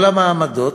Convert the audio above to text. כל המעמדות,